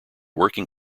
working